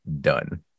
done